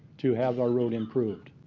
to have our road improved.